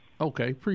Okay